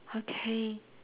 okay